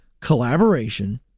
collaboration